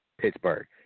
Pittsburgh